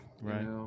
right